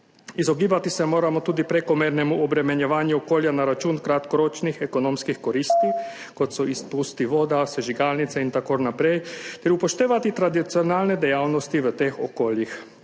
Izogibati se moramo tudi prekomernemu obremenjevanju okolja na račun kratkoročnih ekonomskih koristi, kot so izpusti voda, sežigalnice in tako naprej, ter upoštevati tradicionalne dejavnosti v teh okoljih.